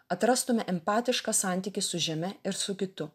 atrastume empatišką santykį su žeme ir su kitu